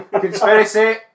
Conspiracy